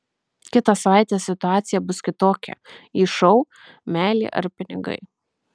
kitą savaitę situacija bus kitokia į šou meilė ar pinigai